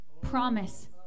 promise